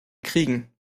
kriegen